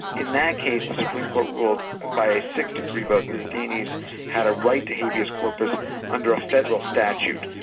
in that case, the supreme court ruled by a six to three vote the detainees had a right to habeas corpus under a federal statute,